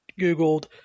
googled